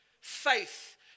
Faith